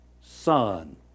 Son